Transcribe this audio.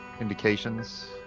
indications